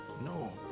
no